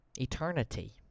Eternity